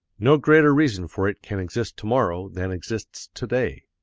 no greater reason for it can exist to-morrow than exists to-day.